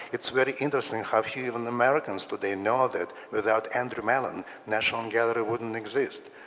it's very interesting how few even americans today know that without andrew mellon national and gallery wouldn't exist.